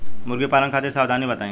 मुर्गी पालन खातिर सावधानी बताई?